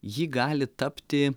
ji gali tapti